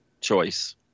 choice